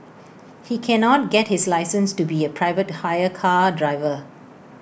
he cannot get his license to be A private hire car driver